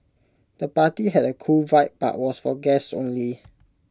the party had A cool vibe but was for guests only